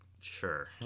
Sure